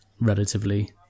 relatively